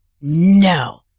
No